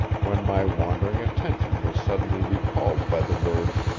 when my wandering attention was suddenly recalled by the words,